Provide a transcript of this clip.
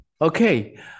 Okay